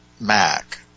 Mac